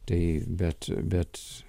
tai bet bet